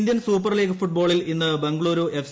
Indian Super League ഫുട്ബോളിൽ ഇന്ന് Bengaluru F